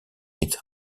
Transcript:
its